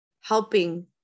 helping